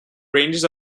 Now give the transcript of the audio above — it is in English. ranges